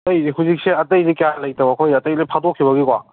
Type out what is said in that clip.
ꯑꯇꯩꯁꯦ ꯍꯧꯖꯤꯛꯁꯦ ꯑꯇꯩꯁꯦ ꯀꯌꯥ ꯂꯩꯇꯕ ꯑꯩꯈꯣꯏꯅ ꯑꯇꯩ ꯂꯣꯏ ꯐꯥꯗꯣꯛꯈꯤꯕꯒꯤꯀꯣ